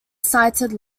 cited